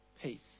peace